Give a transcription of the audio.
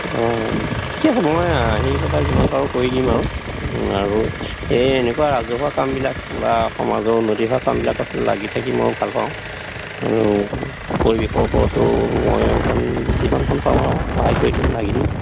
অঁ ঠিকে আছে মই আহি যিমান পাৰোঁ কৰি দিম আৰু আৰু এই এনেকুৱা ৰাজহুৱা কামবিলাক বা সমাজৰ উন্নতি হোৱা কামবিলাকত লাগি থাকি মই ভাল পাওঁ আৰু পৰিৱেশৰ ওপৰতো মইও অকণ যিমানকণ পাৰো আৰু সহায় কৰি দিম লাগি দিম